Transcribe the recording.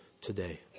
today